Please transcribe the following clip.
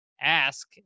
ask